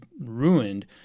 ruined